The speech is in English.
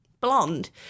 blonde